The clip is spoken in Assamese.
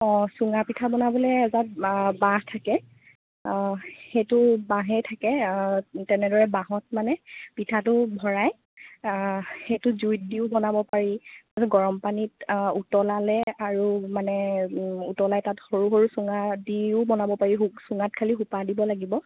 অঁ চুঙাপিঠা বনাবলে এজাত বাঁহ থাকে সেইটো বাঁহেই থাকে তেনেদৰে বাঁহত মানে পিঠাটো ভৰাই সেইটো জুঁইত দিওঁ বনাব পাৰি আৰু গৰম পানীত উতলালে আৰু মানে উতলাই তাত সৰু সৰু চুঙাত দিওঁ বনাব পাৰি সো চুঙাত খালি সোপা দিব লাগিব